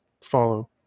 follow